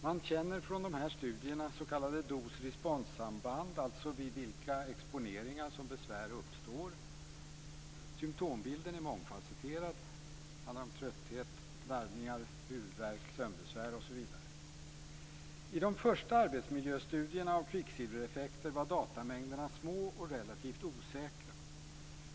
Man känner från dessa studier s.k. dos-responssamband, dvs. vid vilka exponeringar som besvär uppstår. Symtombilden är mångfasetterad, med trötthet, darrningar, huvudvärk, sömnbesvär osv. I de första arbetsmiljöstudierna av kvicksilvereffekter var datamängderna små och relativt osäkra.